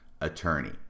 attorney